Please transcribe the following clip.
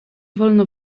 wolno